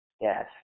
yes